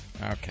Okay